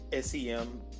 SEM